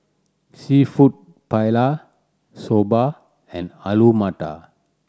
Seafood Paella Soba and Alu Matar